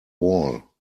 wall